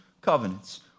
covenants